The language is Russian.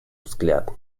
взгляд